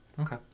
Okay